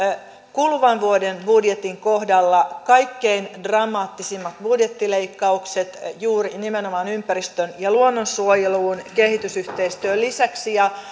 kuluvan vuoden budjetin kohdalla kaikkein dramaattisimmat budjettileikkaukset juuri nimenomaan ympäristön ja luonnonsuojeluun kehitysyhteistyön lisäksi ja